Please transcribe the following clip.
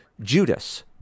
Judas